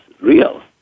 real